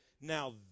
now